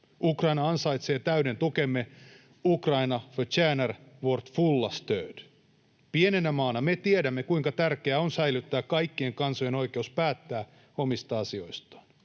Ukraina ansaitsee täyden tukemme — Ukraina förtjänar vårt fulla stöd. Pienenä maana me tiedämme, kuinka tärkeää on säilyttää kaikkien kansojen oikeus päättää omista asioistaan.